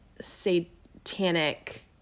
satanic